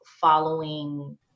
following